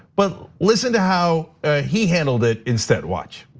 but listen to how he handled it instead, watch.